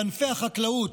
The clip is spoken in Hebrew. את ענפי החקלאות,